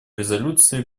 резолюции